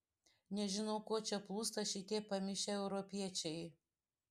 nežinau ko čia plūsta šitie pamišę europiečiai